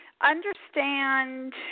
Understand